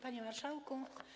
Panie Marszałku!